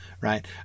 right